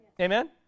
amen